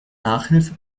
nachhilfe